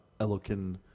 Elokin